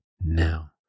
now